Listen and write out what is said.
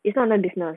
it's not under business